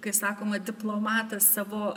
kai sakoma diplomatas savo